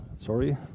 sorry